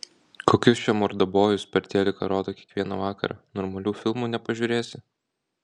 kokius čia mordabojus per teliką rodo kiekvieną vakarą normalių filmų nepažiūrėsi